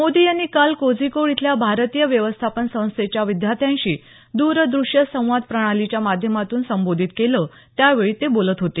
मोदी यांनी काल कोझीकोड इथल्या भारतीय व्यवस्थापन संस्थेच्या विद्यार्थ्यांशी दूर दृष्य संवाद प्रणालीच्या माध्यमातून संबोधित केलं त्यावेळी ते बोलत होते